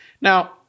now